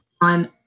on